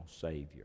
Savior